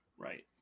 right